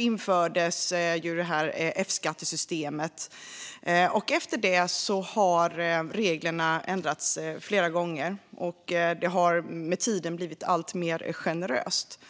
infördes 1993, och efter det har reglerna ändrats flera gånger. Systemet har med tiden blivit alltmer generöst.